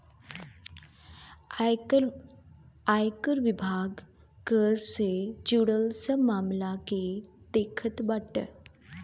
आयकर विभाग कर से जुड़ल सब मामला के देखत बाटे